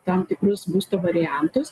tam tikrus būsto variantus